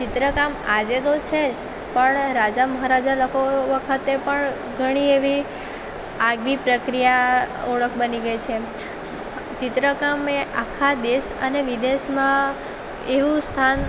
ચિત્રકામ આજે તો છે જ પણ રાજા મહારાજા લોકો વખતે પણ ઘણી એવી આગવી પ્રક્રિયા ઓળખ બની ગઈ છે ચિત્રકામ એ આખા દેશ અને વિદેશમાં એવું સ્થાન